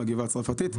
בגבעה הצרפתית.